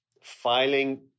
filing